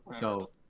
go